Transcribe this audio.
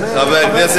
זה חבר כנסת?